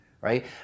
right